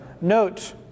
Note